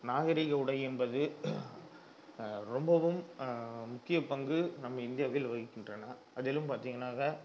நாகரீக உடை என்பது ரொம்பவும் முக்கிய பங்கு நம் இந்தியாவில் வகிக்கின்றன அதிலும் பார்த்தீங்கன்னாக்கா